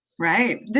Right